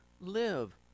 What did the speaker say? live